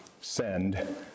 send